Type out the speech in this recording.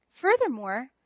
Furthermore